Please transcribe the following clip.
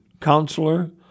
counselor